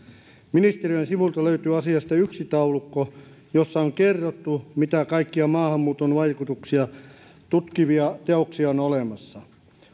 ministeriön sivuilta löytyy asiasta yksi taulukko jossa on kerrottu mitä kaikkia maahanmuuton vaikutuksia tutkivia teoksia on olemassa